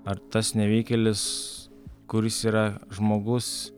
ar tas nevykėlis kuris yra žmogus